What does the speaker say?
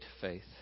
faith